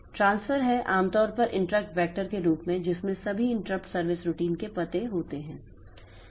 transfer है आमतौर पर इंटरप्ट वेक्टर के रूप में जिसमें सभी इंटरप्ट सर्विस रूटीन के पते होते हैं